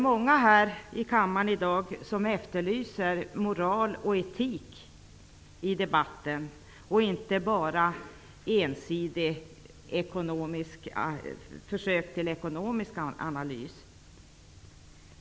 Många här i kammaren i dag efterlyser moral och etik i debatten, efter alla dessa försök till ensidig ekonomisk analys.